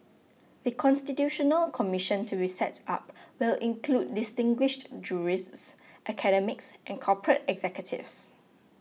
The Constitutional Commission to reset up will include distinguished jurists academics and corporate executives